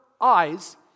eyes